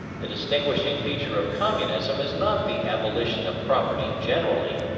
the distinguishing feature of communism is not the abolition of property generally,